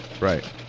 right